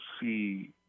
see